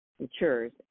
matures